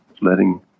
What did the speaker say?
letting